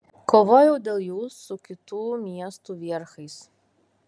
kovojau dėl jų su kitų miestų vierchais